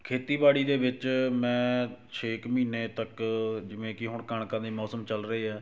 ਖੇਤੀਬਾੜੀ ਦੇ ਵਿੱਚ ਮੈਂ ਛੇ ਕੁ ਮਹੀਨੇ ਤੱਕ ਜਿਵੇਂ ਕਿ ਹੁਣ ਕਣਕਾਂ ਦੇ ਮੌਸਮ ਚੱਲ ਰਹੇ ਆ